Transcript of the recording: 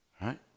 right